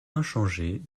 inchangé